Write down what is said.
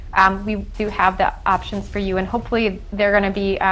we do have the options for you and hopefully they're gonna be,